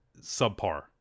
subpar